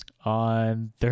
On